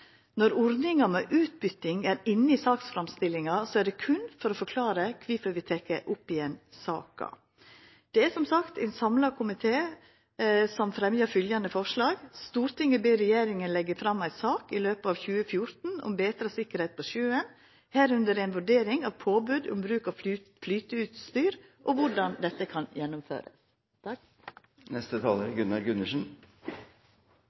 Når ordninga med utbyting er med i saksframstillinga, er det berre for å forklara kvifor vi tek opp igjen saka. Det er som sagt ein samla komité som fremjar følgjande forslag: «Stortinget ber regjeringen legge frem en sak i løpet av 2014 om bedre sikkerhet på sjøen, herunder en vurdering av påbud om bruk av flyteutstyr og hvordan dette kan gjennomføres.»